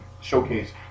showcase